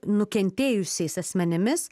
nukentėjusiais asmenimis